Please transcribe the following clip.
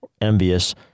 envious